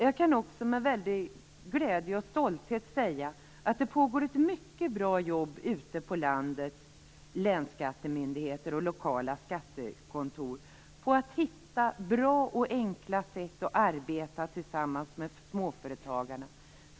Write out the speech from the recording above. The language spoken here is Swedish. Jag kan också med stor glädje och stolthet säga att det pågår ett mycket bra jobb ute på landets länsskattemyndigheter och lokala skattekontor med att hitta bra och enkla sätt att arbeta tillsammans med småföretagarna.